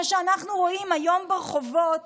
מה שאנחנו רואים היום ברחובות